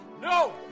No